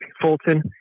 Fulton